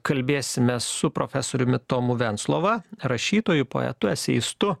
kalbėsimės su profesoriumi tomu venclova rašytoju poetu eseistu